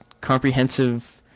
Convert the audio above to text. comprehensive